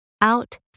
out